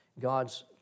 God's